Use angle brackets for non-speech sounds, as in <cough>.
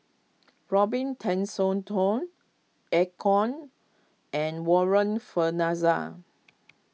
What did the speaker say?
Robin <unintelligible> Eu Kong and Warren Fernandez